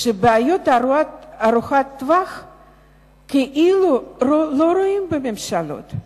בעיות ארוכות-טווח כאילו לא רואים בממשלות.